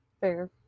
Fair